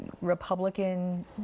Republican